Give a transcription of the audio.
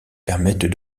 permettent